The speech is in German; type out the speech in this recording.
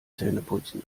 zähneputzen